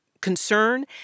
concern